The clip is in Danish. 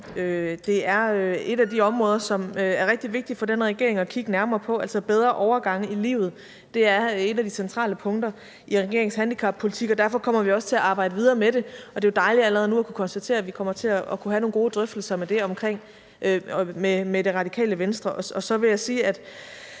optagetheden. Det er et af de områder, som er rigtig vigtige for den her regering at kigge nærmere på, altså bedre overgange i livet. Det er et af de centrale punkter i regeringens handicappolitik. Derfor kommer vi også til arbejde videre med det. Det er dejligt allerede nu at kunne konstatere, at vi kommer til at kunne have nogle gode drøftelser om det med Det Radikale Venstre. Så vil jeg sige, at